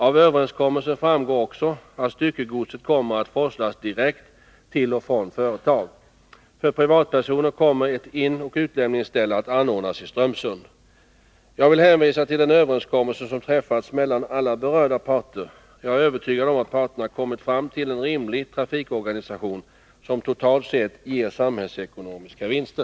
Av överenskommelsen framgår också att styckegodset kommer att forslas direkt till och från företag. För privatpersoner kommer ett inoch utlämningsställe att anordnas i Strömsund. Jag vill hänvisa till den överenskommelse som träffats mellan alla berörda parter. Jag är övertygad om att parterna kommit fram till en rimlig trafikorganisation, som totalt sett ger samhällsekonomiska vinster.